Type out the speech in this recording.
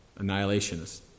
annihilationist